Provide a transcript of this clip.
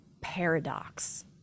paradox